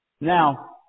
Now